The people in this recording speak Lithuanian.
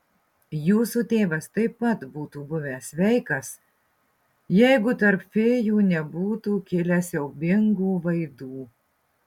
jūsų tėvas taip pat būtų buvęs sveikas jeigu tarp fėjų nebūtų kilę siaubingų vaidų